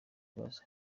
kibazo